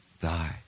Die